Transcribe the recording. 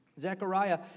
Zechariah